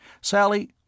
Sally